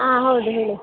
ಹಾಂ ಹೌದು ಹೇಳಿ